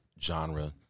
genre